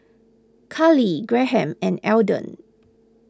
Karly Graham and Elden